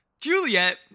Juliet